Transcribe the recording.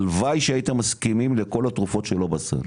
הלוואי שהייתם מסכימים לכל התרופות שלא בסל,